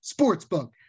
Sportsbook